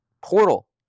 portal